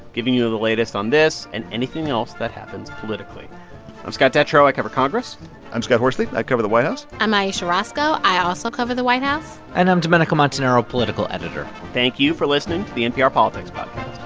giving you the latest on this and anything else that happens politically i'm scott detrow. i cover congress i'm scott horsley. i cover the white house i'm ayesha rascoe. i also cover the white house and i'm domenico montanaro, political editor thank you for listening to the npr politics but